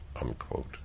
unquote